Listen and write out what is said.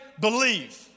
believe